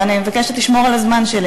אז כנראה שהוא שומע.